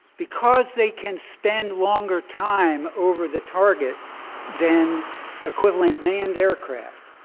because they can spend longer time over the target than equivalent manned aircraft,